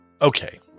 okay